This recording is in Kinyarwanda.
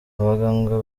abaganga